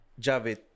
javit